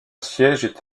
siège